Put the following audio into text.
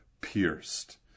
pierced